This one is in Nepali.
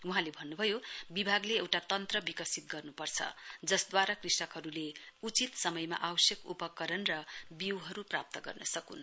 वहाँले भन्नुभयो विभागले एउटा तन्त्र विकसित गर्नुपर्छ जसद्वारा कृषकहरुले उचित समयमा आवश्यक उपकरण र बीउहरु प्राप्त गर्न सकुन्